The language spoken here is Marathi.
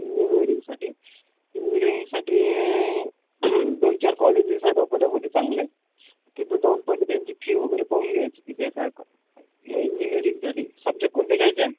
इंजिनिअरींगसाठी इंजिनिअरींगसाठी दोन चार कॉलेजेस आहेत अकोल्यामध्ये चांगले तिथं जाऊन पहिले त्यांची फी वगैरे पाहून घ्यायची किती आहे काय तर इंजिनिअरींगसाठी सब्जेक्ट कोणते घ्यायचे